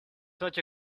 such